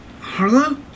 Harlow